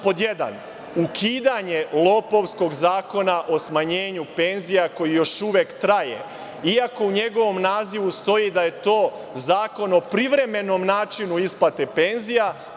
Pod jedan, tražimo ukidanje lopovskog zakona o smanjenju penzija koji još uvek traje iako u njegovom nazivu stoji da je to Zakon o privremenom načinu isplate penzija.